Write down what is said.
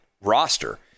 roster